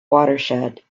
watershed